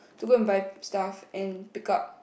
to go and buy stuff and pick up